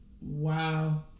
wow